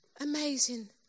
amazing